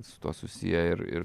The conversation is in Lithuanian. su tuo susiję ir ir